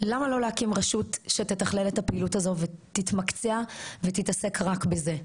למה לא להקים רשות שתתכלל את הפעילות הזו ותתמקצע ותתעסק רק בזה?